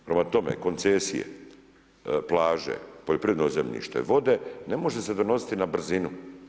Prema tome, koncesije, plaže, poljoprivredno zemljište, vode ne može se donositi na brzinu.